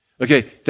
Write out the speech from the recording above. Okay